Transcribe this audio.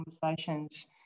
conversations